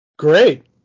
great